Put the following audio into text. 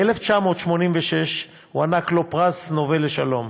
ב־1986 הוענק לו פרס נובל לשלום,